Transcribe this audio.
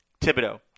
Thibodeau